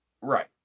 Right